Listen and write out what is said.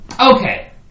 Okay